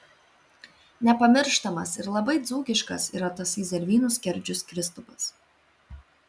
nepamirštamas ir labai dzūkiškas yra tasai zervynų skerdžius kristupas